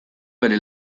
bere